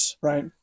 right